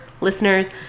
listeners